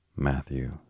Matthew